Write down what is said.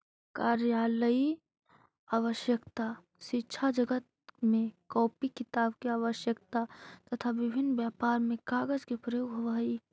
कार्यालयीय आवश्यकता, शिक्षाजगत में कॉपी किताब के आवश्यकता, तथा विभिन्न व्यापार में कागज के प्रयोग होवऽ हई